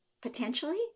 potentially